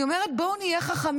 אני אומרת, בואו נהיה חכמים.